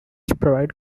provide